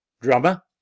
Drummer